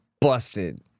busted